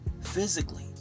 physically